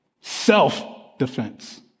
self-defense